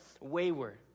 wayward